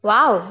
Wow